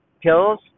pills